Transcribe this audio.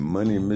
Money